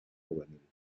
juvenil